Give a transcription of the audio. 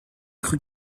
cru